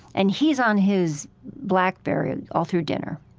and he's on his blackberry all through dinner.